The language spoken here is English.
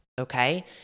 okay